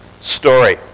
story